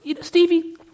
Stevie